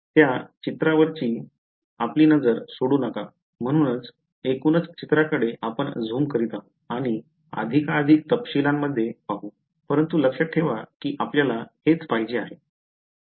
त्या चित्रावरची आपली नजर सोडू नका म्हणूनच एकूणच चित्राकडे आपण झूम करीत आहोत आणि अधिकाधिक तपशीलांमध्ये पाहू परंतु लक्षात ठेवा की आपल्याला हेच पाहिजे आहे